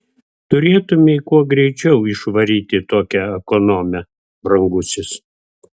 turėtumei kuo greičiau išvaryti tokią ekonomę brangusis